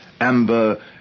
amber